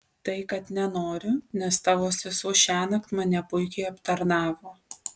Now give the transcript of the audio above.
tai kad nenoriu nes tavo sesuo šiąnakt mane puikiai aptarnavo